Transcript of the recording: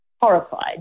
horrified